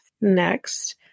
Next